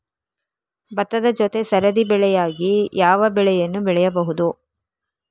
ಭತ್ತದ ಜೊತೆ ಸರದಿ ಬೆಳೆಯಾಗಿ ಯಾವ ಬೆಳೆಯನ್ನು ಬೆಳೆಯಬಹುದು?